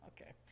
okay